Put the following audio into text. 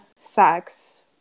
sex